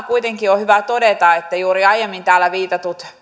kuitenkin on hyvä todeta että juuri aiemmin täällä viitatut